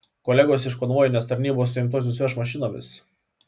kolegos iš konvojinės tarnybos suimtuosius veš mašinomis